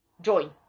join